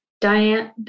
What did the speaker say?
diane